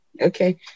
okay